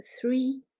three